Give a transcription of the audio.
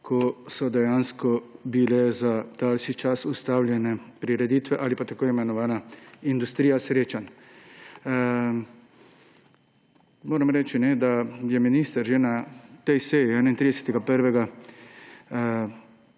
ko so dejansko bile za daljši čas ustavljene prireditve ali pa tako imenovana industrija srečanj. Moram reči, da je minister že na tej seji 31.